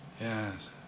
yes